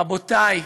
רבותיי,